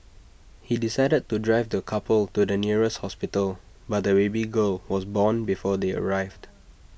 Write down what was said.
he decided to drive the couple to the nearest hospital but the baby girl was born before they arrived